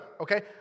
okay